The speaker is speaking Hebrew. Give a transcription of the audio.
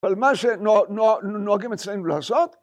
אבל מה שנוהגים אצלנו לעשות